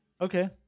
Okay